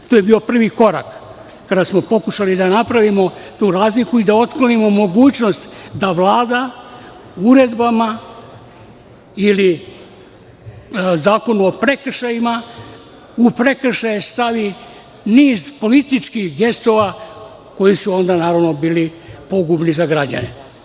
To je bio prvi korak, kada smo pokušali da napravimo tu razliku i da otklonimo mogućnost da Vlada, uredbama ili Zakonom o prekršajima, u prekršaje stavi niz političkih gestova koji su onda, naravno, bili pogubni za građane.